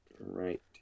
Right